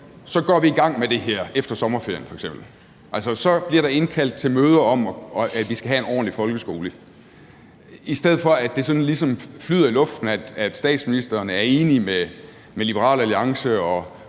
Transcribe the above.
så går vi i gang med det her efter sommerferien f.eks., så bliver der indkaldt til møder om, at vi skal have en ordentlig folkeskole, i stedet for at det ligesom flyver i luften, at statsministeren er enig med Liberal Alliance,